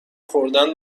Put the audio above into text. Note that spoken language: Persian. خوردن